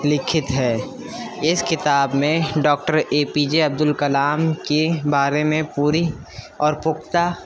لکھت ہے اس کتاب میں doctor A P J Abdul Kalam کے بارے میں پوری اور پختہ